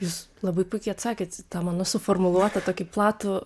jūs labai puikiai atsakėt į tą mano suformuluotą tokį platų